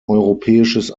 europäisches